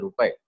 Rupai